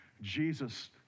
Jesus